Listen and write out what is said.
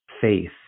faith